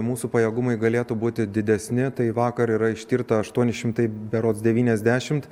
mūsų pajėgumai galėtų būti didesni tai vakar yra ištirta aštuoni šimtai berods devyniasdešimt